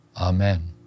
Amen